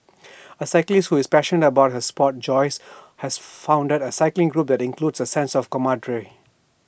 A cyclist who is passionate about her Sport Joyce has founded A cycling group that inculcates A sense of camaraderie